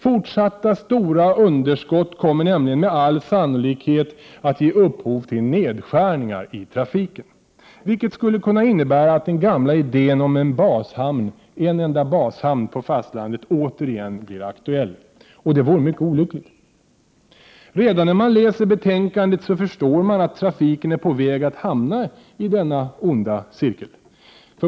Fortsatta stora underskott kommer nämligen med all sannolikhet att ge upphov till nedskärningar i trafiken, vilket skulle kunna innebära att den gamla idén om en bashamn på fastlandet återigen blir aktuell, och det vore mycket olyckligt. Redan när man läser trafikutskottets betänkande förstår man att trafiken är på väg att hamna i denna onda cirkel.